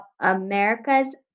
America's